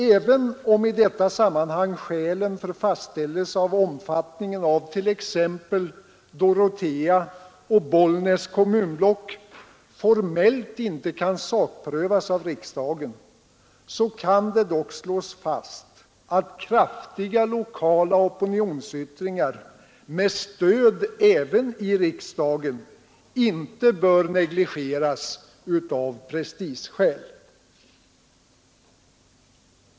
Även om i detta sammanhang skälen för fastställelse av omfattningen av t.ex. Dorotea och Bollnäs kommunblock formellt inte kan sakprövas av riksdagen, kan det dock slås fast att kraftiga lokala opinionsyttringar, med stöd även i riksdagen, inte bör negligeras av prestigeskäl.